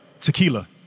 tequila